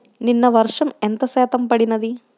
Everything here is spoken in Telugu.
నిన్న వర్షము ఎంత శాతము పడినది?